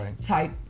type